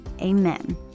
amen